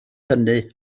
hynny